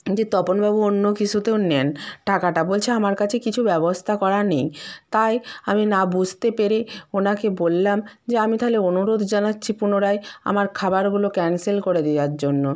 যে তপনবাবু অন্য কিসুতেও নেন টাকাটা বলছে আমার কাছে কিছু ব্যবস্থা করা নেই তাই আমি না বুঝতে পেরে আমি বললাম যে আমি তাহলে অনুরোধ জানাচ্ছি পুনরায় আমার খাবারগুলো ক্যান্সেল করে দেওয়ার জন্য